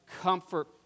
Comfort